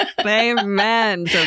Amen